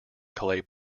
clay